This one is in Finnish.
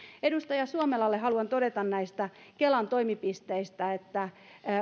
edustaja suomelalle haluan todeta näistä kelan toimipisteistä että